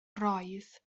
roedd